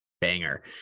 banger